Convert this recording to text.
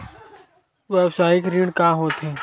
व्यवसायिक ऋण का होथे?